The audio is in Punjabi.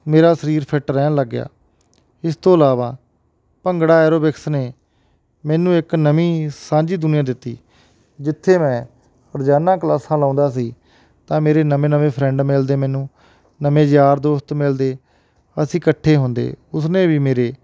ਮੇਰਾ ਸਰੀਰ ਫਿਟ ਰਹਿਣ ਲੱਗਿਆ ਇਸ ਤੋਂ ਇਲਾਵਾ ਭੰਗੜਾ ਐਰੋਬਿਕਸ ਨੇ ਮੈਨੂੰ ਇੱਕ ਨਵੀਂ ਸਾਂਝੀ ਦੁਨੀਆਂ ਦਿੱਤੀ ਜਿੱਥੇ ਮੈਂ ਰੋਜ਼ਾਨਾ ਕਲਾਸਾਂ ਲਾਉਂਦਾ ਸੀ ਤਾਂ ਮੇਰੇ ਨਵੇਂ ਨਵੇਂ ਫ੍ਰੈਂਡ ਮਿਲਦੇ ਮੈਨੂੰ ਨਵੇਂ ਯਾਰ ਦੋਸਤ ਮਿਲਦੇ ਅਸੀਂ ਇਕੱਠੇ ਹੁੰਦੇ ਉਸਨੇ ਵੀ ਮੇਰੇ